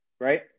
right